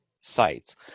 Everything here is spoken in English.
sites